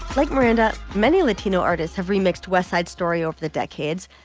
like miranda, many latino artists have remixed west side story over the decades,